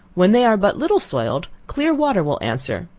when they are but little soiled, clear water will answer,